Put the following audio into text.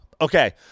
Okay